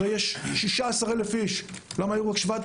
הרי יש 16,000 אנשים, אז למה היו רק 7,000?